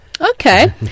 Okay